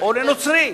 או לנוצרי.